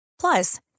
Plus